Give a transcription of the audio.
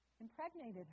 impregnated